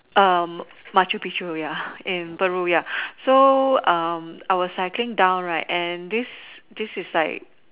um Machu-Picchu ya in Peru ya so I was cycling down right and this this is like